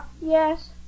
Yes